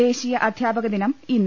ദേശീയ അധ്യാപകദിനം ഇന്ന്